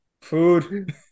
food